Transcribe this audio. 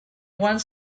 one